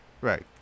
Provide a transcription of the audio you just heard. Right